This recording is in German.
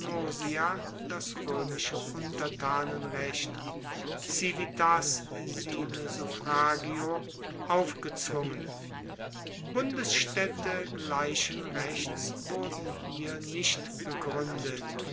das roemische untertanenrecht civitas sine suffragio aufgezwungen bundesstaedte gleichen rechts wurden hier nicht gegruendet